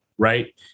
right